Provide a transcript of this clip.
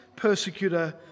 Persecutor